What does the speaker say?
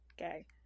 okay